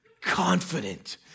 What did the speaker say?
confident